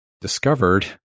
discovered